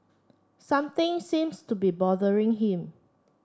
something seems to be bothering him